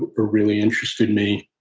really interested me,